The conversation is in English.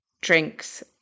drinks